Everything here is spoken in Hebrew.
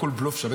הכול בלוף שם,